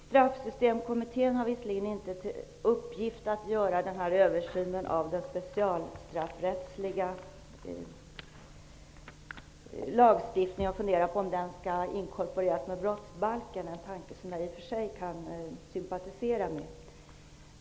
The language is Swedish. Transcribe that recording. Straffsystemkommittén har visserligen inte till uppgift att göra denna översyn av den specialstraffrättsliga lagstiftningen eller att fundera över om den skall inkorporeras i brottsbalken, vilket är en tanke som jag i och för sig kan sympatisera med.